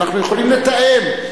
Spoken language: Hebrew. אנחנו יכולים לתאם,